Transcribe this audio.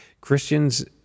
Christians